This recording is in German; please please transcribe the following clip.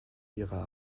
ihrer